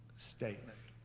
statement.